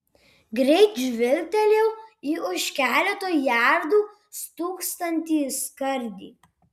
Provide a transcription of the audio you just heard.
greit žvilgtelėjau į už keleto jardų stūksantį skardį